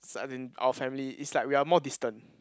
as in our family is like we are more distant